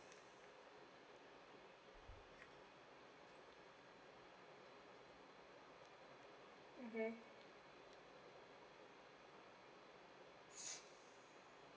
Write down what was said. mmhmm